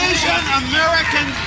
Asian-American